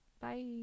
bye